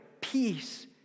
peace